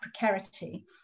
precarity